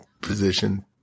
position